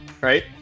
right